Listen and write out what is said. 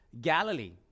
Galilee